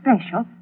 special